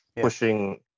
pushing